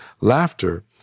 laughter